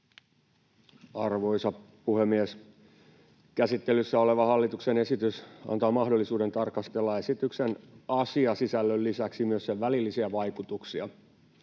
Arvoisa puhemies! Käsittelyssä oleva hallituksen esitys antaa mahdollisuuden tarkastella esityksen asiasisällön lisäksi myös sen välillisiä vaikutuksia.